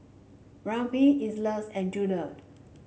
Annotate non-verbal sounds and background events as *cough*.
Rakeem Elise and *unintelligible*